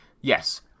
yes